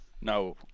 no